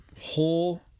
whole